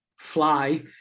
fly